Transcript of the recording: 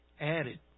added